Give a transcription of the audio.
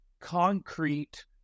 concrete